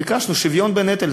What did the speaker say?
ביקשנו שוויון בנטל,